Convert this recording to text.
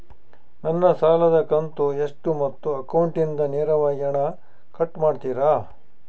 ನನ್ನ ಸಾಲದ ಕಂತು ಎಷ್ಟು ಮತ್ತು ಅಕೌಂಟಿಂದ ನೇರವಾಗಿ ಹಣ ಕಟ್ ಮಾಡ್ತಿರಾ?